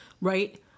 right